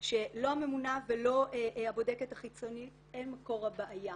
שלא הממונה ולא הבודקת החיצונית הן מקור הבעיה.